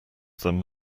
them